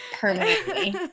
permanently